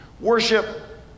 Worship